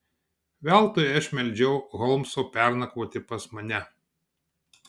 veltui aš meldžiau holmso pernakvoti pas mane